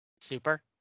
Super